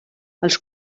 els